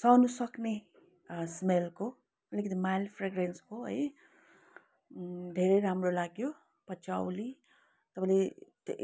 सहनु सक्ने स्मेलको अलिकति माइल्ड फ्रेगरेन्सको है धेरै राम्रो लाग्यो पचौली तपाईँले